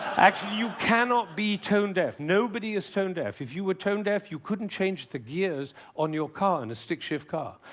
actually, you cannot be tone-deaf. nobody is tone-deaf. if you were tone-deaf, you couldn't change the gears on your car, in a stick shift car.